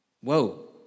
Whoa